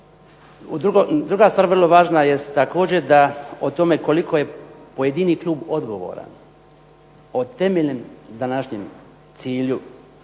Druga stvar vrlo važna jest također da o tome koliko je pojedini klub odgovoran o temeljnim današnjem cilju